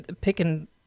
picking